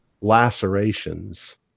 lacerations